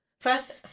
first